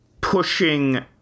pushing